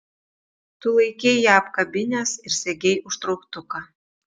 tu laikei ją apkabinęs ir segei užtrauktuką